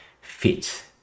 fit